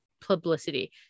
publicity